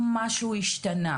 משהו השתנה.